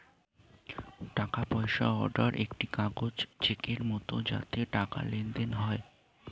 টাকা পয়সা অর্ডার একটি কাগজ চেকের মত যাতে টাকার লেনদেন হয়